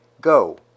go